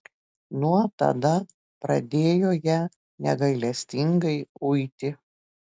nuo tada pradėjo ją negailestingai uiti